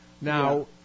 Now